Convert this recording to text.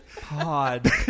Pod